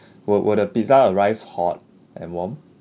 will will the pizza arrive hot and warm